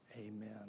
amen